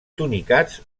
tunicats